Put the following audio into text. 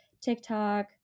TikTok